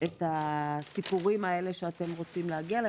את הסיפורים האלה שאתם רוצים להגיע אליהם?